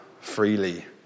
freely